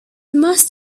must